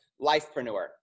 lifepreneur